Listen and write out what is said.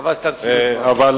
חבל שסתם תהיה כפילות.